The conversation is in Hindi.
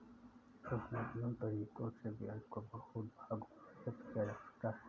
कानूनन तरीकों से ब्याज को बहुत से भागों में विभक्त किया जा सकता है